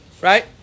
right